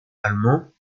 allemands